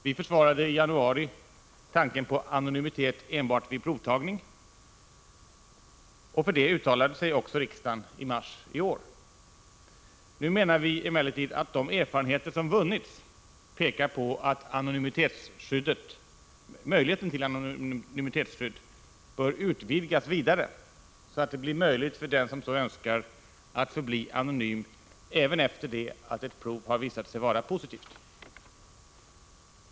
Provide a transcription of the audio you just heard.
Vi försvarade i januari tanken på anonymitet enbart vid provtagningen, och för detta uttalade sig också riksdagen i april i år. Nu menar vi emellertid att de erfarenheter som vunnits pekar på att möjligheten till anonymitetsskydd bör utvidgas ytterligare, så att det blir möjligt för den som så önskar att förbli anonym även efter det att ett prov visat sig vara positivt.